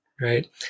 right